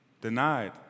Denied